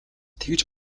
тэгж